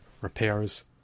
repairs